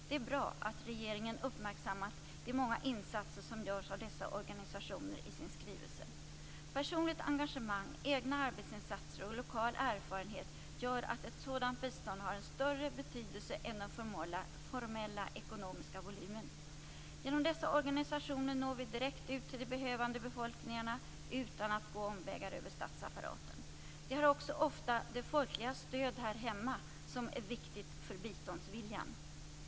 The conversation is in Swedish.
Det är bra att regeringen i sin skrivelse uppmärksammat de många insatser som görs av dessa organisationer. Personligt engagemang, egna arbetsinsatser och lokal erfarenhet gör att ett sådant bistånd har en större betydelse än den formella ekonomiska volymen. Genom dessa organisationer når vi direkt ut till de behövande befolkningarna utan att gå omvägar över statsapparaten. De har också ofta det folkliga stöd här hemma som är viktigt för biståndsviljan.